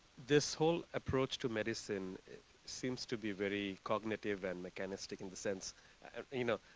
this whole approach to medicine seems to be very cognitive and mechanistic in the sense you know,